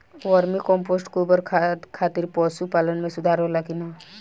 Vermi compost गोबर खाद खातिर पशु पालन में सुधार होला कि न?